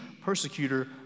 persecutor